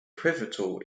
pivotal